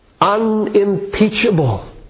unimpeachable